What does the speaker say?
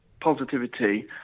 positivity